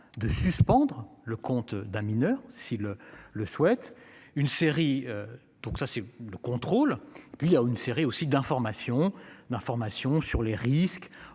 de suspendre le compte d'un mineur si le le souhaite une série. Donc ça c'est le contrôle puis il y a une série aussi d'information d'information sur les risques